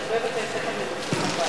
כי הרבה בתי-ספר מדווחים על